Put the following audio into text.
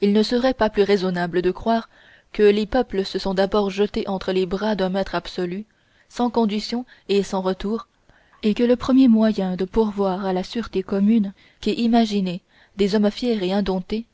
il ne serait pas plus raisonnable de croire que les peuples se sont d'abord jetés entre les bras d'un maître absolu sans conditions et sans retour et que le premier moyen de pourvoir à la sûreté commune qu'aient imaginé des hommes fiers et indomptés